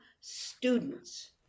students